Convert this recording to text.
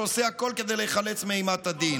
שעושה הכול כדי להיחלץ מאימת הדין.